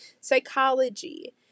psychology